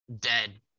dead